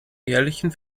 jährlichen